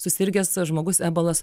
susirgęs žmogus ebolos